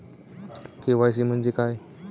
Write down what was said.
KYC म्हणजे काय?